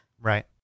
Right